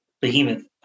behemoth